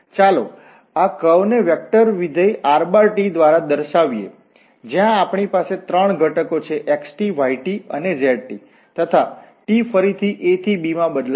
ચાલો આ કર્વ વળાંક ને વેક્ટરવિધેય rt દ્વારા દર્શાવ્યે જ્યાં આપણી પાસે ત્રણ ઘટકો છે x y અને z તથા t ફરીથી a થી b માં બદલાય છે